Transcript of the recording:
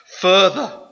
further